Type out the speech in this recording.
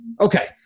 Okay